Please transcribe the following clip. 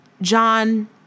John